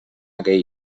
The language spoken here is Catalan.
aquell